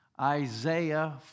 Isaiah